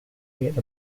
create